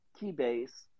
keybase